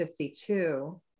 52